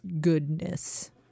goodness